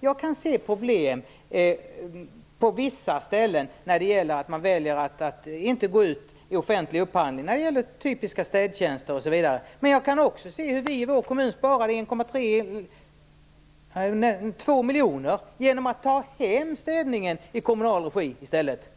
Jag kan se problem på vissa ställen där man väljer att inte gå ut i offentlig upphandling när det gäller t.ex. typiska städtjänster, men jag kan också se hur vi i vår kommun sparade 2 miljoner kronor genom att ta hem städningen i kommunal regi i stället.